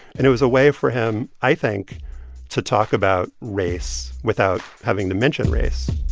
and it was a way for him i think to talk about race without having to mention race